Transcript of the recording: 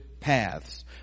paths